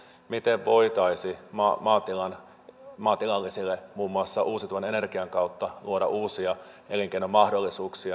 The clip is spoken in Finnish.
miten voitaisiin maatilallisille muun muassa uusiutuvan energian kautta luoda uusia elinkeinomahdollisuuksia